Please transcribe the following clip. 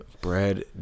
Bread